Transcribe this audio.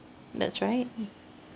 that's right mm